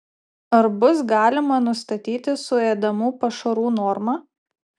ar bus galima nustatyti suėdamų pašarų normą